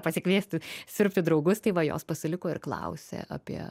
pasikviesti sirgti draugus tai va jos pasiliko ir klausė apie